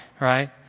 Right